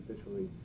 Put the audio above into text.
officially